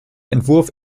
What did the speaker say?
entwurf